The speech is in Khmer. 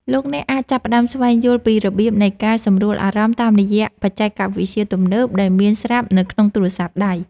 លោកអ្នកអាចចាប់ផ្តើមស្វែងយល់ពីរបៀបនៃការសម្រួលអារម្មណ៍តាមរយៈបច្ចេកវិទ្យាទំនើបដែលមានស្រាប់នៅក្នុងទូរសព្ទដៃ។